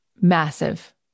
massive